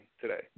today